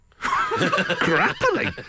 Grappling